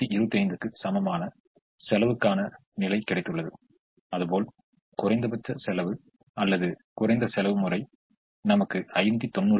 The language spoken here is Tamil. எனவே இதுதான் இதற்கு முந்தய வகுப்பில் நாம் கண்ட தீர்வாகும் எனவே இது அபராத செலவு அல்லது வோகெல்ஸ் ஆஃப்ரொக்ஸிமேஷனிலிருந்து Vogels approximation பெறப்பட்டதாகும்